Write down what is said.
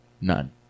None